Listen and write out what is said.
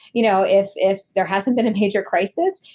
you know if if there hasn't been a major crisis,